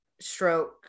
stroke